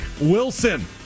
Wilson